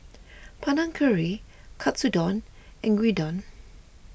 Panang Curry Katsudon and Gyudon